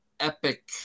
Epic